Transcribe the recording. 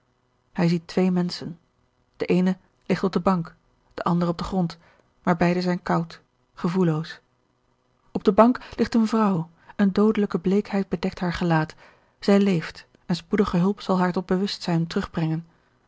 hij ziet twee menschen de eene ligt op de bank de ander op den grond maar beide zijn koud gevoelloos op de bank ligt eene vrouw eene doodelijke bleekheid bedekt haar gelaat zij leeft en spoedige hulp zal haar tot bewustzijn terugbrengen